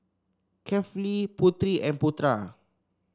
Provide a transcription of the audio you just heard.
Kefli Putri and Putra